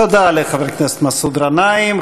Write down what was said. תודה לחבר הכנסת מסעוד גנאים.